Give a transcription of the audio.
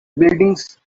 buildings